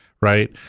right